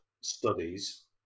studies